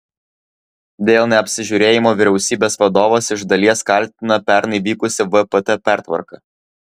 dėl neapsižiūrėjimo vyriausybės vadovas iš dalies kaltina pernai vykusią vpt pertvarką